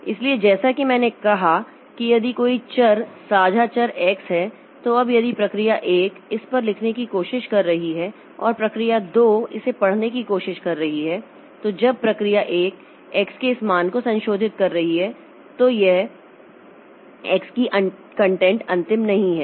इसलिए जैसा कि मैंने कहा कि यदि कोई चर साझा चर x है तो अब यदि प्रक्रिया 1 इस पर लिखने की कोशिश कर रही है और प्रक्रिया 2 इसे पढ़ने की कोशिश कर रही है तो जब प्रक्रिया 1 x के इस मान को संशोधित कर रही है तो x की यह कंटेंट अंतिम नहीं है